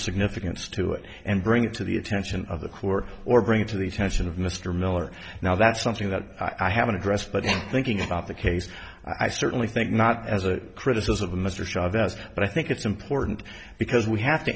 significance to it and bring it to the attention of the court or bring to the attention of mr miller now that's something that i haven't addressed but thinking about the case i certainly think not as a criticism of mr chavez but i think it's important because we have to